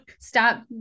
stop